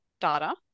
data